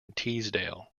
teesdale